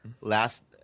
Last